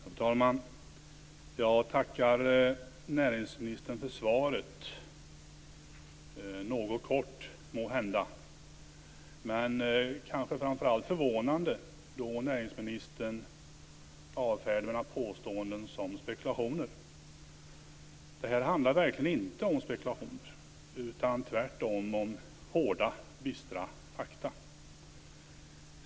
Fru talman! Jag tackar näringsministern för svaret. Det var något kort måhända, men framför allt förvånande då näringsministern avfärdar mina påståenden som spekulationer. Men det handlar verkligen inte om spekulationer, utan tvärtom om hårda och bistra fakta.